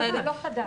זה לא חדש.